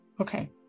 Okay